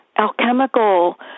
alchemical